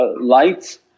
lights